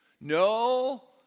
No